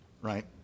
right